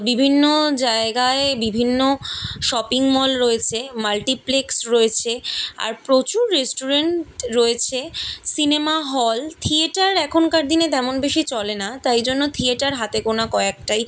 বিভিন্ন জায়গায় বিভিন্ন শপিং মল রয়েছে মাল্টিপ্লেক্স রয়েছে আর প্রচুর রেস্টুরেন্ট রয়েছে সিনেমা হল থিয়েটার এখনকার দিনে তেমন বেশি চলে না তাই জন্য থিয়েটার হাতে গোনা কয়েকটাই